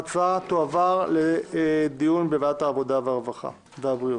ההצעה להעביר את הנושא לוועדת הפנים והגנת הסביבה התקבלה פה אחד.